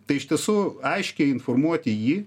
tai iš tiesų aiškiai informuoti jį